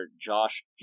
Josh